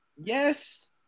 Yes